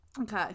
Okay